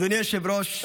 אדוני היושב-ראש,